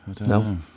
No